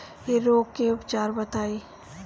इ रोग के उपचार बताई?